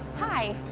hi.